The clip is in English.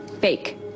fake